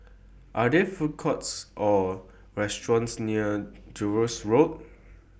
Are There Food Courts Or restaurants near Jervois Road